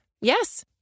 Yes